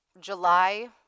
July